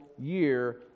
year